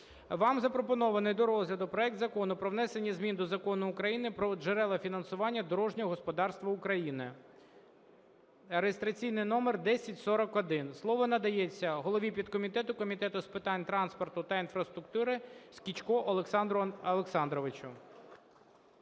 Вам запропонований до розгляду проект Закону про внесення змін до Закону України "Про джерела фінансування дорожнього господарства України" (реєстраційний номер 1041). Слово надається голові підкомітету Комітету з питань транспорту та інфраструктури Скічку Олександру Олександровичу.